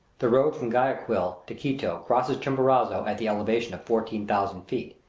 the road from guayaquil to quito crosses chimborazo at the elevation of fourteen thousand feet.